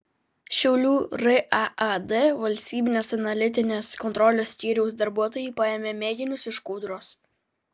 šiaulių raad valstybinės analitinės kontrolės skyriaus darbuotojai paėmė mėginius iš kūdros